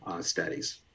studies